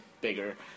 bigger